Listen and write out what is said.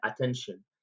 attention